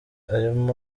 arimo